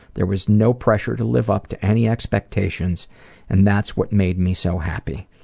there was no pressure to live up to any expectations and that's what made me so happy.